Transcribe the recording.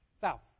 south